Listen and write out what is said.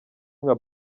nka